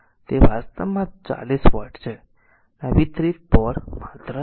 તેથી તે વાસ્તવમાં 40 વોટ છે તેથી આ વિતરિત por માત્ર 40 વોટ છે